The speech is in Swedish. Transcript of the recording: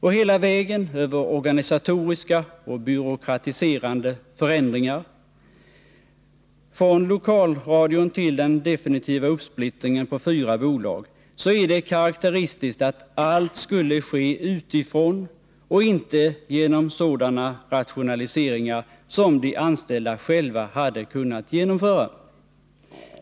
Och hela vägen över organisatoriska och byråkratiserande förändringar — från lokalradion till den definitiva uppsplittringen på fyra bolag -— är det karaktäristiskt att allt skulle ske utifrån och inte genom sådana rationaliseringar som de anställda själva hade kunnat genomföra.